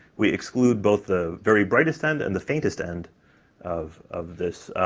we exclude both the very brightest end and the faintest end of, of this,